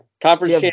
Conference